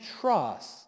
trust